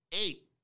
Eight